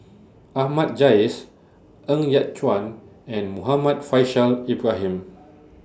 Ahmad Jais Ng Yat Chuan and Muhammad Faishal Ibrahim